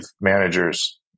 managers